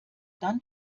dann